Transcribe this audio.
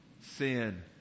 sin